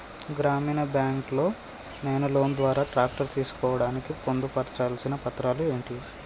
గ్రామీణ బ్యాంక్ లో నేను లోన్ ద్వారా ట్రాక్టర్ తీసుకోవడానికి పొందు పర్చాల్సిన పత్రాలు ఏంటివి?